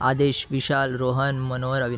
आदेश विशाल रोहन मनोहर अविनाश